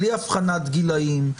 בלי אבחנת גילים,